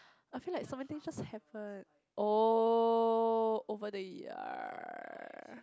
I feel like so many things just happened oh over the year